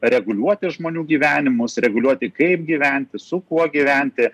reguliuoti žmonių gyvenimus reguliuoti kaip gyventi su kuo gyventi